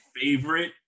favorite